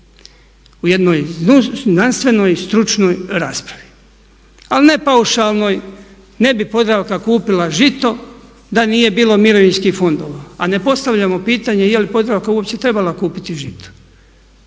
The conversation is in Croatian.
u jednoj znanstvenoj i stručnoj raspravi. Ali ne paušalnoj. Ne bi Podravka kupila Žito da nije bilo mirovinskih fondova. A ne postavljamo pitanje je li Podravka uopće trebala kupiti Žito?